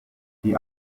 die